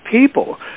people